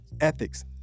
ethics